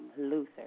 Luther